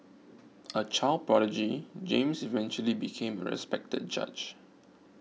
a child prodigy James eventually became a respected judge